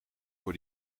voor